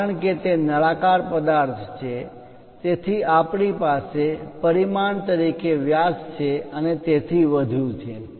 કારણ કે તે નળાકાર પદાર્થ છે તેથી આપણી પાસે પરિમાણ ડાયમેન્શન તરીકે વ્યાસ છે અને તેથી વધુ છે